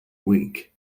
week